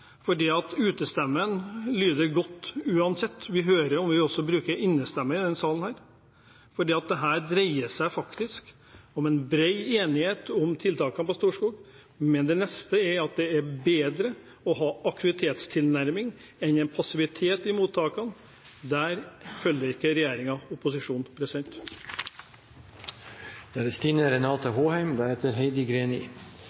lyder godt uansett, vi hører det om vi også bruker innestemme i denne salen. For dette dreier seg faktisk om en bred enighet om tiltakene ved Storskog, men det neste er at det er bedre å ha aktivitetstilnærming enn passivitet i mottakene. Der følger ikke